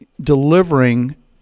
delivering